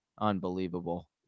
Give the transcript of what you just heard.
Unbelievable